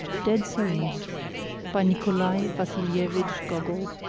dead souls by nikolai vasilievich gogol